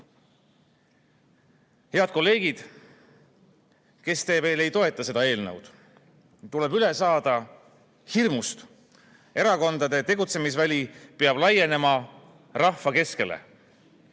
kolleegid, kes te veel ei toeta seda eelnõu! Tuleb üle saada hirmust. Erakondade tegutsemisväli peab laienema rahva keskele.